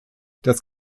das